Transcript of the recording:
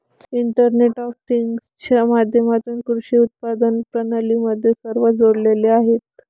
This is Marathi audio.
इंटरनेट ऑफ थिंग्जच्या माध्यमातून कृषी उत्पादन प्रणाली मध्ये सर्व जोडलेले आहेत